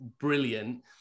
brilliant